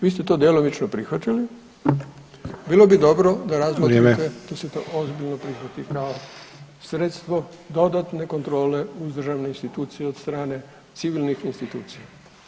Vi ste to djelomično prihvatili [[Upadica Sanader: Vrijeme.]] Bilo bi dobro da razmotrite da se to ozbiljno prihvati kao sredstvo dodatne kontrole uz državne institucije od strane civilnih institucija.